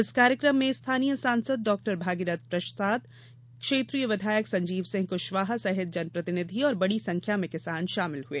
इस कार्यकम में स्थानीय सांसद डॉक्टर भागीरथ प्रसाद क्षेत्रीय विधायक संजीव सिंह कुशवाहा सहित जनप्रतिनिधि और बड़ी संख्या में किसान शामिल हुए